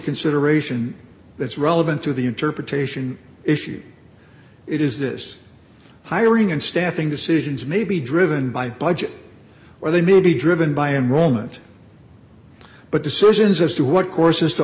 consideration that's relevant to the interpretation issues it is this hiring and staffing decisions may be driven by budget or they may be driven by a moment but decisions as to what courses to